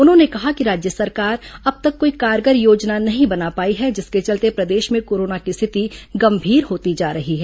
उन्होंने कहा है कि राज्य सरकार अब तक कोई कारगर योजना नहीं बना पाई है जिसके चलते प्रदेश में कोरोना की स्थिति गंभीर होती जा रही है